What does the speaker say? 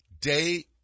Day